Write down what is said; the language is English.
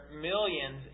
millions